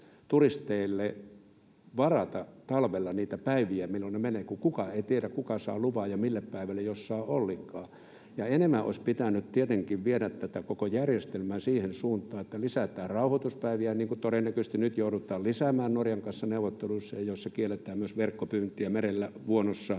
turisteille varata talvella niitä päiviä, milloin ne menevät, kun kukaan ei tiedä, kuka saa luvan ja mille päivälle, jos saa ollenkaan. Ja enemmän olisi pitänyt tietenkin viedä tätä koko järjestelmää siihen suuntaan, että lisätään rauhoituspäiviä, niin kuin todennäköisesti nyt joudutaan lisäämään Norjan kanssa neuvotteluissa, joissa kielletään myös verkkopyyntiä merellä, vuonossa